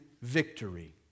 victory